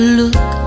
look